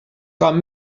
com